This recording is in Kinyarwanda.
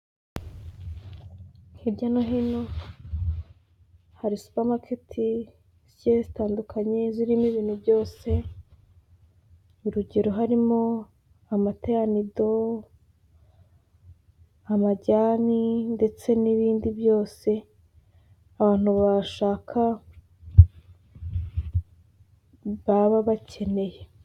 Hirya no hino hari supamameti zigiye zitandukanye zirimo ibintu byose. Urugero harimo amata ya nido, amajyane ndetse n'ibindi byose abantu bashaka baba bakeneye.